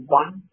one